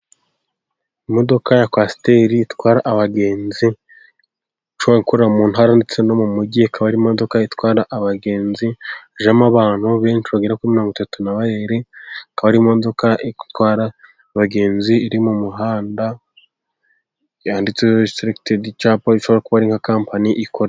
Imodoka ya kwasiteri, itwara abagenzi, ishobora gukorera mu ntara, ndetse no mu mugi, ikaba ari imodoka itwara abagenzi, ijyamo abantu benshi bagera kuri mirongo itatu na babiri, ikaba ari imodoka itwara abagenzi iri mu muhanda, yanditseho seregitedi, cyangwa ikaba ishobora kuba nka kampani ikora.